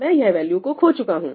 मैं वह वैल्यू को खो चुका हूं